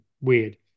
weird